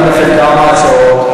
נתתי לכם כמה הצעות.